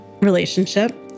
relationship